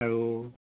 আৰু